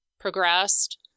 progressed